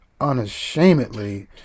unashamedly